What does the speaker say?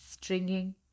stringing